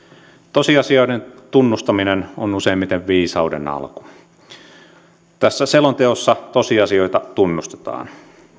tosiasioiden tunnustaminen on useimmiten viisauden alku tässä selonteossa tosiasioita tunnustetaan